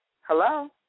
hello